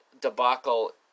debacle